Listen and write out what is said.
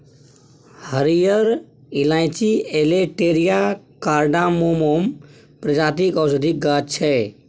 हरियर इलाईंची elettaria cardamomum प्रजातिक औषधीक गाछ छै